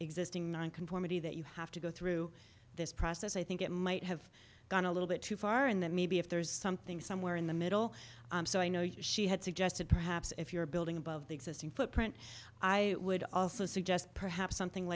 existing nonconformity that you have to go through this process i think it might have gone a little bit too far in that maybe if there is something somewhere in the middle so i know she had suggested perhaps if you're building above the existing footprint i would also suggest perhaps something